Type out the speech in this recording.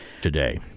today